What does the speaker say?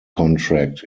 contract